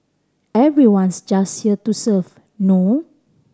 everyone's just here to serve no